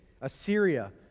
Assyria